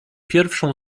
pierwszą